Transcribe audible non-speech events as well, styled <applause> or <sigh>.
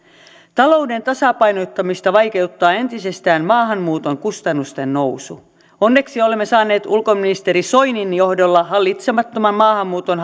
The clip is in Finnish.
talouden tasapainottamista vaikeuttaa entisestään maahanmuuton kustannusten nousu onneksi olemme saaneet ulkoministeri soinin johdolla hallitsemattoman maahanmuuton <unintelligible>